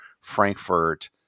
Frankfurt